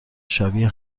شبیه